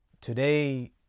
today